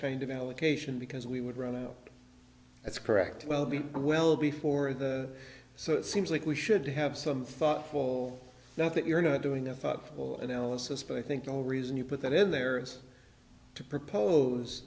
kind of allocation because we would run out that's correct well be well before the so it seems like we should have some thoughtful that that you're not doing a thoughtful analysis but i think the reason you put that in there is to propose